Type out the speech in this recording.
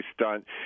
stunt